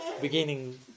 beginning